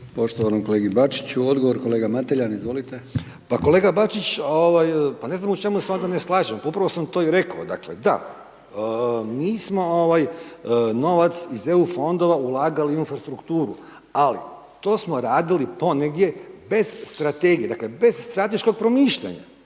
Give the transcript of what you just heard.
poštovanom kolegi Bačiću, odgovor kolega Mateljan. Izvolite. **Mateljan, Damir (SDP)** Pa kolega Bačić, pa ne znam u čemu se onda ne slažem, upravo sam to i rekao, dakle da, mi smo novac iz EU fondova ulagali u infrastrukturu ali to smo radili .../Govornik se ne razumije./... bez strategije, dakle bez strateškog promišljanja,